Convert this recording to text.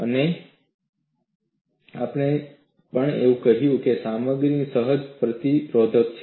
અને આપણે એમ પણ કહ્યું છે કે સામગ્રીમાં સહજ પ્રતિરોધક છે